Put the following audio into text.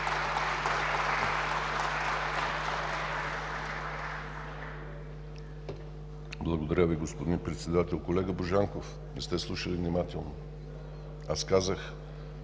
Благодаря Ви, господин Председател. Колега Божанков, не сте слушали внимателно. Аз казах,